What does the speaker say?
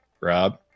Rob